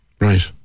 Right